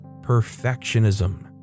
Perfectionism